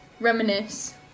reminisce